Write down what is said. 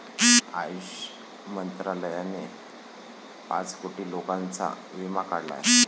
आयुष मंत्रालयाने पाच कोटी लोकांचा विमा काढला आहे